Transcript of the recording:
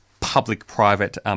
public-private